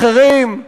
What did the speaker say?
ואחרים.